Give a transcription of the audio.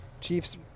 Chiefs